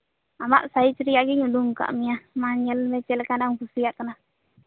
ᱟᱢᱟᱜ ᱥᱟᱭᱤᱡ ᱨᱮᱭᱟᱜ ᱜᱤᱧ ᱩᱰᱩᱝ ᱟᱠᱟᱫ ᱢᱮᱭᱟ ᱢᱟ ᱧᱮᱞ ᱢᱮ ᱪᱮᱫ ᱞᱮᱠᱟᱱᱟᱜ ᱮᱢ ᱠᱩᱥᱤᱭᱟᱜ ᱠᱟᱱᱟ